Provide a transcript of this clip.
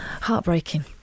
Heartbreaking